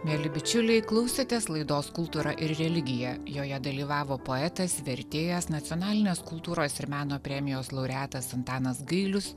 mieli bičiuliai klausėtės laidos kultūra ir religija joje dalyvavo poetas vertėjas nacionalinės kultūros ir meno premijos laureatas antanas gailius